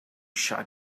shy